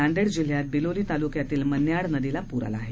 नांदेड जिल्ह्यात बिलोली तालुक्यातील मन्याड नदीला पूर आला आहे